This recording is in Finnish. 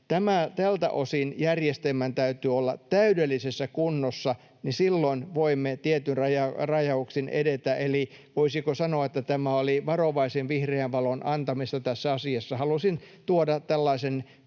tältä osin järjestelmän täytyy olla täydellisessä kunnossa, ja silloin voimme tietyin rajauksin edetä. Eli voisiko sanoa, että tämä oli varovaisen vihreän valon antamista tässä asiassa. Halusin tuoda tällaisen